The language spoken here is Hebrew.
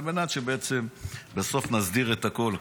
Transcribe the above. על מנת שבסוף נסדיר את הכול.